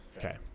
Okay